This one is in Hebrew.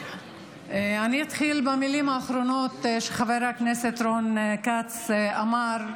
אני אתחיל במילים האחרונות שחבר הכנסת רון כץ אמר,